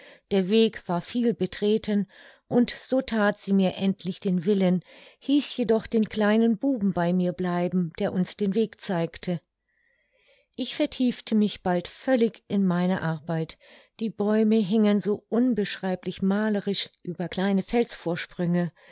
der weg war viel betreten und so that sie mir endlich den willen hieß jedoch den kleinen buben bei mir zu bleiben der uns den weg zeigte ich vertiefte mich bald völlig in meine arbeit die bäume hingen so unbeschreiblich malerisch über kleine felsvorsprünge